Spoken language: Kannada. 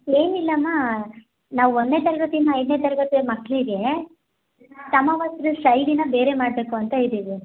ಏನಿಲಮ್ಮ ನಾವು ಒಂದನೇ ತರಗತಿಯಿಂದ ಐದನೇ ತರಗತಿಯ ಮಕ್ಕಳಿಗೆ ಸಮವಸ್ತ್ರ ಶೈಲಿನ ಬೇರೆ ಮಾಡಬೇಕು ಅಂತ ಇದ್ದೀವಿ